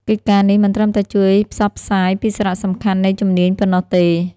កិច្ចការនេះមិនត្រឹមតែជួយផ្សព្វផ្សាយពីសារៈសំខាន់នៃជំនាញប៉ុណ្ណោះទេ។